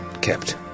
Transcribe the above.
kept